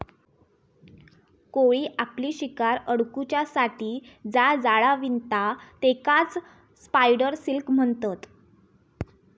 कोळी आपली शिकार अडकुच्यासाठी जा जाळा विणता तेकाच स्पायडर सिल्क म्हणतत